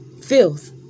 filth